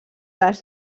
les